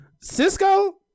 Cisco